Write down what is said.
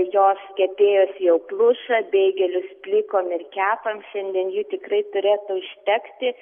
jos kepėjos jau pluša beigelius plikom ir kepam šiandien ji tikrai turėtų užtekti